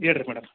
ಹೇಳ್ ರೀ ಮೇಡಮ್